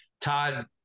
Todd